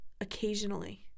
occasionally